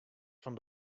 fan